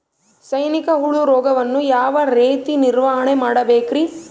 ಸೈನಿಕ ಹುಳು ರೋಗವನ್ನು ಯಾವ ರೇತಿ ನಿರ್ವಹಣೆ ಮಾಡಬೇಕ್ರಿ?